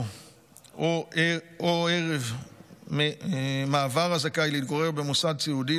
או ערב מעבר הזכאי להתגורר במוסד סיעודי,